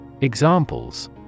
Examples